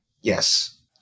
Yes